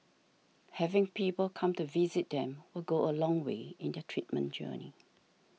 having people come to visit them will go a long way in their treatment journey